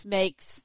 makes